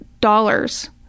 dollars